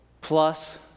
plus